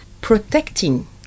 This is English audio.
protecting